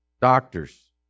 doctors